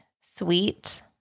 sweet